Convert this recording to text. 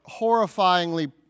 horrifyingly